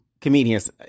comedians